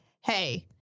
Hey